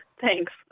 Thanks